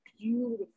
beautiful